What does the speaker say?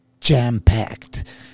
jam-packed